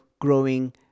growing